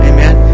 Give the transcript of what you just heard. Amen